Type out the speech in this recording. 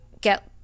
get